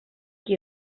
qui